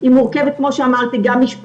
היא מורכבת גם משפטית,